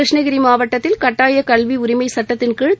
கிருஷ்ணகிரி மாவட்டத்தில் கட்டாய கல்வி உரிமை சட்டத்தின்கீழ்